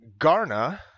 Garna